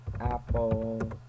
Apple